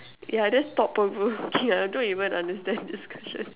ya that's thought-provoking lah I don't even understand this question